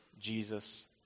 Jesus